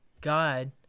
God